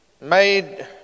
made